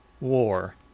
war